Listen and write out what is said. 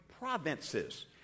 Provinces